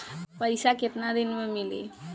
पैसा केतना दिन में मिली?